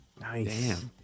Nice